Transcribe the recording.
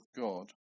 God